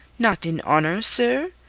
not in honour, sir?